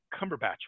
Cumberbatch